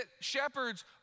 shepherds